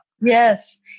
Yes